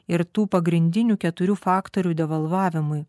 ir tų pagrindinių keturių faktorių devalvavimui